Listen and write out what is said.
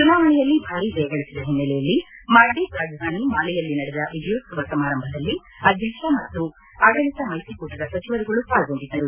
ಚುನಾವಣೆಯಲ್ಲಿ ಭಾರಿ ಜಯಗಳಿಸಿದ ಹಿನ್ನೆಲೆಯಲ್ಲಿ ಮಾಲ್ಡೀವ್ಸ್ ರಾಜಧಾನಿ ಮಾಲೆಯಲ್ಲಿ ನಡೆದ ವಿಜಯೋತ್ಸವ ಸಮಾರಂಭದಲ್ಲಿ ಅಧ್ಯಕ್ಷ ಮತ್ತು ಆಡಳಿತ ಮೈತ್ರಿಕೂಟದ ಸಚಿವರುಗಳು ಪಾಲ್ಗೊಂಡಿದ್ದರು